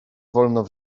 wolno